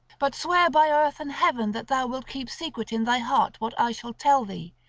but swear by earth and heaven that thou wilt keep secret in thy heart what i shall tell thee,